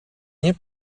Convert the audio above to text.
nie